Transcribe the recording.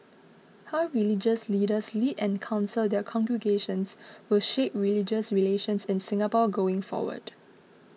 how religious leaders lead and counsel their congregations will shape religious relations in Singapore going forward